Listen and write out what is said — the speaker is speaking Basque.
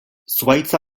zuhaitza